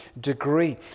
degree